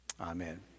Amen